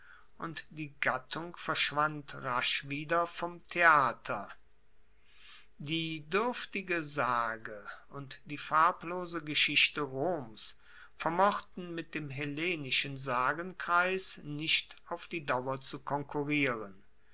und die gattung verschwand rasch wieder vom theater die duerftige sage und die farblose geschichte roms vermochten mit dem hellenischen sagenkreis nicht auf die dauer zu konkurrieren